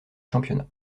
championnat